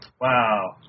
Wow